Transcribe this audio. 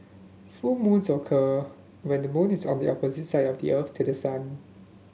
full moons occur when the moon is on the opposite side of the Earth to the sun